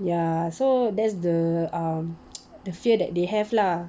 ya so there's the um the fear that they have lah